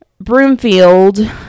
Broomfield